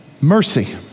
mercy